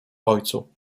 ojcu